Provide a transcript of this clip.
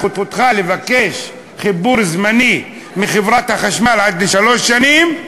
זכותך לבקש חיבור זמני מחברת החשמל לעד שלוש שנים,